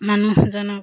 মানুহজনক